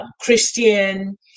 Christian